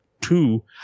Two